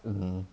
mm